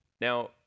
Now